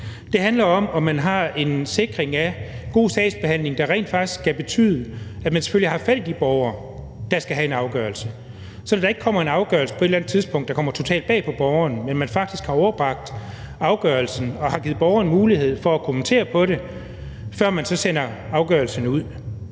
Det handler om, om man har en sikring af god sagsbehandling, der rent faktisk skal betyde, at man selvfølgelig har haft fat i de borgere, der skal have en afgørelse, sådan at der ikke kommer en afgørelse på et eller andet tidspunkt, der kommer totalt bag på borgeren, men at man faktisk har overbragt afgørelsen og har givet borgeren mulighed for at kommentere på den, før man sender afgørelsen ud.